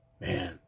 Man